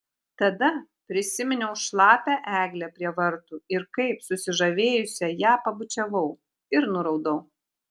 tada prisiminiau šlapią eglę prie vartų ir kaip susižavėjusi ją pabučiavau ir nuraudau